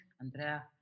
Andrea